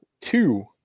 two